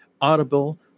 Audible